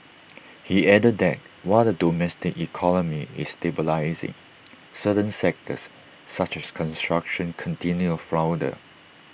he added that while the domestic economy is stabilising certain sectors such as construction continue flounder